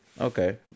Okay